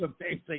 amazing